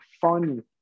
fun